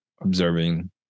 observing